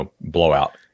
blowout